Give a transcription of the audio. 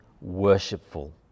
worshipful